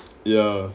ya